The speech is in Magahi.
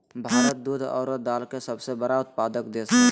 भारत दूध आरो दाल के सबसे बड़ा उत्पादक देश हइ